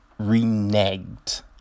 reneged